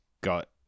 got